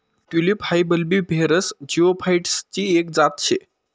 tulip हाई bulbiferous जिओफाइटसची एक जात शे